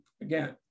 again